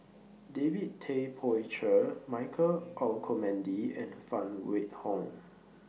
David Tay Poey Cher Michael Olcomendy and Phan Wait Hong